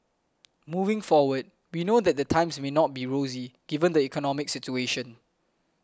moving forward we know that the times may not be rosy given the economic situation